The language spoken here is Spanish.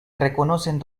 reconocen